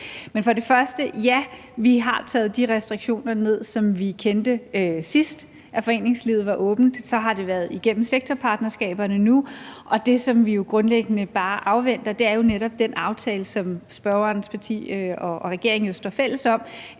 og fremmest sige: Ja, vi har taget viden om de restriktioner ned , som vi kendte, sidst foreningslivet var åbent. Så har det været igennem sektorpartnerskaberne nu, og det, som vi grundlæggende bare afventer, er netop den aftale, som spørgerens parti og regeringen jo er fælles om.